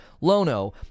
Lono